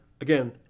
again